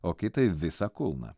o kitai visą kulną